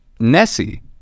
Nessie